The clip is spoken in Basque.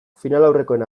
finalaurrekoen